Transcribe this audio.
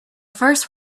first